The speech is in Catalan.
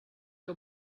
que